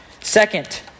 Second